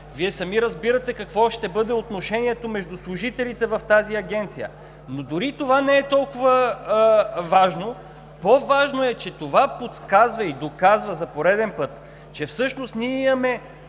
Вие сами разбирате какво ще бъде отношението между служителите в тази агенция. Но дори и това не е толкова важно. По-важно е, че това подсказва и доказва за пореден път, че всъщност ние имаме